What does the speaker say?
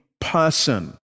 person